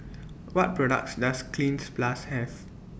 What products Does Cleanz Plus Have